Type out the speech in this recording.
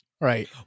Right